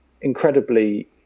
incredibly